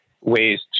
ways